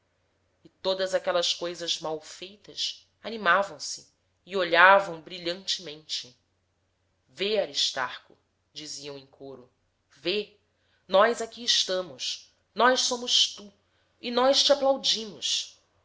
e todas aquelas coisas malfeitas animavam se e olhavam brilhantemente vê aristarco diziam em coro vê nós que aqui estamos nós somos tu e nós te aplaudimos